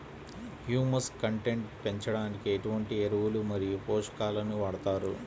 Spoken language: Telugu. హ్యూమస్ కంటెంట్ పెంచడానికి ఎటువంటి ఎరువులు మరియు పోషకాలను వాడతారు?